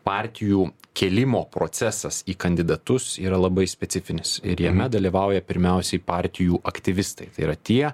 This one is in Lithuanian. partijų kėlimo procesas į kandidatus yra labai specifinis ir jame dalyvauja pirmiausiai partijų aktyvistai tai yra tie